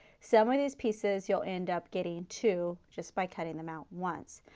some of these pieces you'll end up getting to just by cutting them out once.